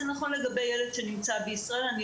זה נכון לגבי ילד שנמצא בישראל; בהקשר הזה,